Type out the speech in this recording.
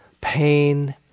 pain